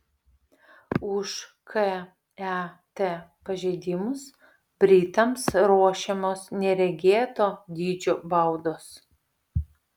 už ket pažeidimus britams ruošiamos neregėto dydžio baudos